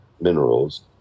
minerals